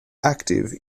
active